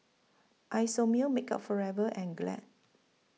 Isomil Makeup Forever and Glad